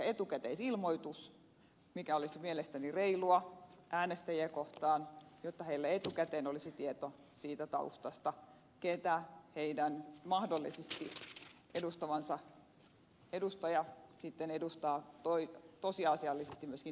etukäteisilmoitus olisi mielestäni reilua äänestäjiä kohtaan jotta heillä etukäteen olisi tieto siitä taustasta ketä heidän mahdollisesti edustamansa edustaja sitten edustaa tosiasiallisesti myöskin täällä salissa